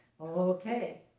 Okay